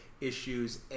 issues